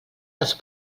dels